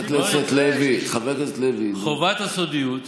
חבר הכנסת לוי, חבר הכנסת לוי,